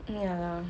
ya